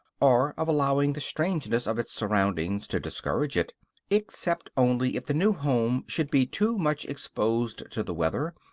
or of allowing the strangeness of its surroundings to discourage it except only if the new home should be too much exposed to the weather,